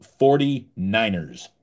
49ers